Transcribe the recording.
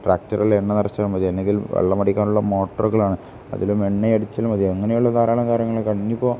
ട്രാക്ടറൽ എണ്ണ നിറച്ചാൽ മതി എന്നെങ്കിൽ വെള്ളം അടിക്കാനുള്ള മോട്ടറുകളാണ് അതിലും എണ്ണ അടിച്ചാൽ മതി അങ്ങനെയുള്ള ധാരാളം കാര്യങ്ങളൊക്കെ ആണിപ്പോൾ